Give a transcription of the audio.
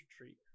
Retreat